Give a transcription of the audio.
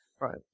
Right